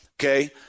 Okay